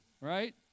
right